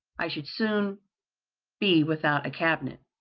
i should soon be without a cabinet.